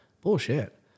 Bullshit